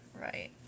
right